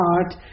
heart